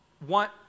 want